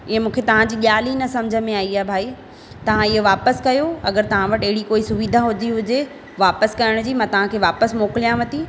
ईअं मूंखे तव्हां जी ॻाल्हि ई न सम्झ में आई आहे भाई तव्हां ईअं वापसि कयो अगरि तव्हां वटि अहिड़ी कोई सुविधा हूंदी हुजे वापसि करण जी मां तव्हां खे वापसि मोकिलियांव थी